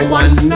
one